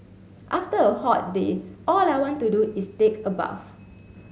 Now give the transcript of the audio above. after a hot day all I want to do is take a bath